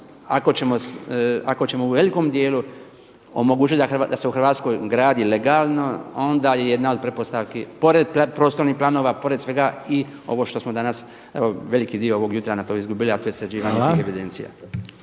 ako ćemo u velikom dijelu omogućiti da se u Hrvatskoj gradi legalno onda je jedna od pretpostavki pored prostornih planova, pored svega i ovo što smo danas evo veliki dio ovog jutra na to izgubili, a to je sređivanje tih evidencija.